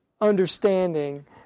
understanding